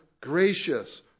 gracious